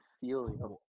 feeling